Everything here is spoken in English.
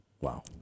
Wow